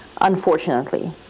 Unfortunately